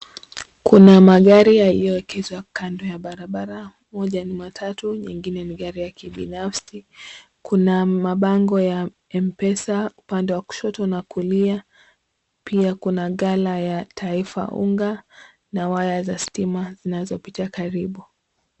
Kuna magari yaliyoekezwa kando ya barabara, moja ni matatu nyingine ni gari ya kibinafsi, kuna mabango ya mpesa upande wa kushoto na kulia pia kuna ghala ya taifa unga na waya za stima zinazopita karibu.